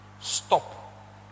Stop